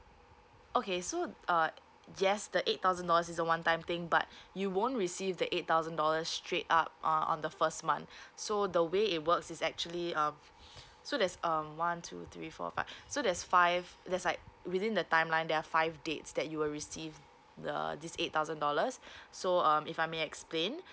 okay so uh yes the eight thousand dollars is a one time thing but you won't receive the eight thousand dollars straight up uh on the first month so the way it works is actually um so there's um one two three four five so there's five there's like within the timeline there are five dates that you will receive the this eight thousand dollars so um if I may explain